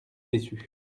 déçus